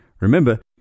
Remember